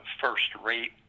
first-rate